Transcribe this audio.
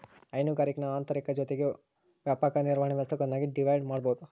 ಹೈನುಗಾರಿಕೇನ ಆಂತರಿಕ ಜೊತಿಗೆ ವ್ಯಾಪಕ ನಿರ್ವಹಣೆ ವ್ಯವಸ್ಥೆಗುಳ್ನಾಗಿ ಡಿವೈಡ್ ಮಾಡ್ಬೋದು